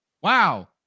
Wow